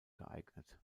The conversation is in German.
geeignet